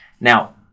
Now